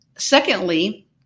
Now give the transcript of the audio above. Secondly